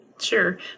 Sure